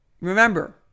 Remember